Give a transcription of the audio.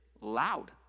loud